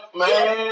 man